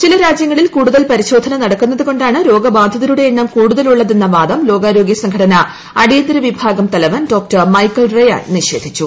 ചില രാജ്യങ്ങളിൽ കൂടുതൽ പരിശോധന നടക്കുന്നത് കൊണ്ടാണ് രോഗബാധിതരുടെ എണ്ണം കൂടുതൽ ഉള്ളതെന്ന വാദം ലോകാരോഗൃക്ക് ശ്രീംഘടന അടിയന്തിര വിഭാഗം തലവൻ ഡോക്ടർ മൈക്കൽ റ്യാൻ നിഷേധിച്ചു